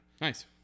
Nice